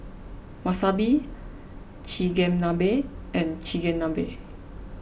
Wasabi Chigenabe and Chigenabe